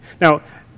Now